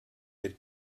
had